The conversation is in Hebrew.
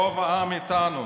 רוב העם איתנו,